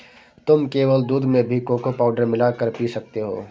तुम केवल दूध में भी कोको पाउडर मिला कर पी सकते हो